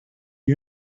you